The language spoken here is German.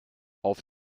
auf